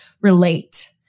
relate